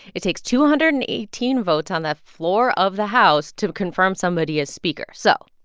it takes two hundred and eighteen votes on the floor of the house to confirm somebody as speaker, so.